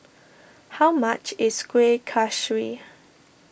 how much is Kuih Kaswi